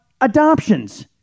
adoptions